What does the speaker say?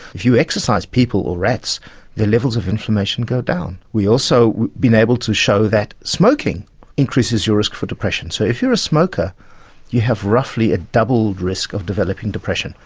if you exercise people or rats their levels of inflammation go down. we also have been able to show that smoking increases your risk for depression, so if you're a smoker you have roughly a doubled risk of developing depression.